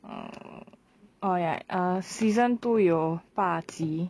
orh oh ya ah season two 有八集